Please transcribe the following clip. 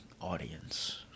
audience